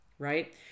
right